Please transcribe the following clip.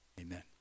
Amen